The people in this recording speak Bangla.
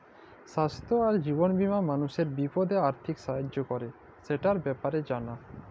স্বাইস্থ্য আর জীবল বীমা মালুসের বিপদে আথ্থিক সাহায্য ক্যরে, সেটর ব্যাপারে জালা